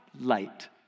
light